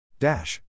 dash